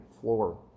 floor